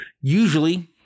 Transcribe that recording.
usually